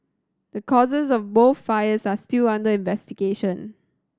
the causes of both fires are still under investigation